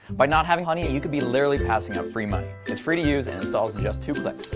by not having honey you could be literally passing up free money. it's free to use and installs in just two clicks.